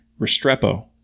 Restrepo